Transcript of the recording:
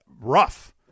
rough